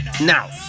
Now